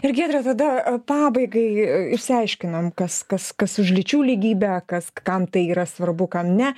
ir giedre tada pabaigai išsiaiškinom kas kas kas už lyčių lygybę kas kam tai yra svarbu kam ne